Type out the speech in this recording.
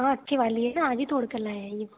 हाँ अच्छे वाले हैं आज ही तोड़ कर लाए हैं ये फूल